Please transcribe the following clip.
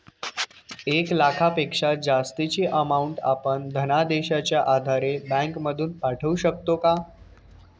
एक लाखापेक्षा जास्तची अमाउंट आपण धनादेशच्या आधारे बँक मधून पाठवू शकतो का?